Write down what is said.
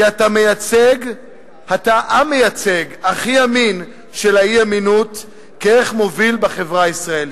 כי אתה המייצג הכי אמין של האי-אמינות כערך מוביל בחברה הישראלית.